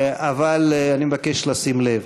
אבל אני מבקש לשים לב: